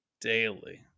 daily